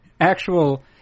actual